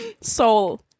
soul